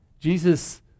Jesus